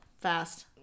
fast